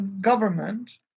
government